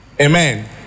Amen